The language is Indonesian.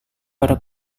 pada